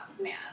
man